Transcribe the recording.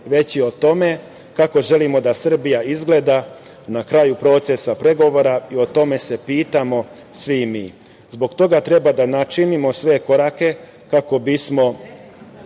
već i o tome kako želimo da Srbija izgleda na kraju procesa pregovora i o tome se pitamo svi mi. Zbog toga treba da načinimo sve korake kako bismo